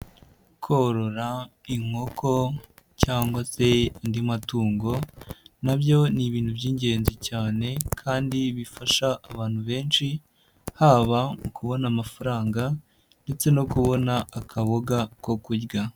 Korora inkoko cyangwa se andi matungo na byo ni ibintu by'ingenzi cyane kandi bifasha abantu benshi, haba mu kubona amafaranga ndetse no kubona akaboga ko kurya.